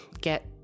get